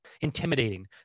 intimidating